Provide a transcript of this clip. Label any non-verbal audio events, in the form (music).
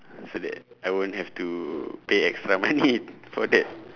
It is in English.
so that I won't have to pay extra money (laughs) for that